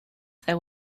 their